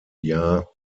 jahr